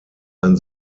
ein